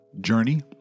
journey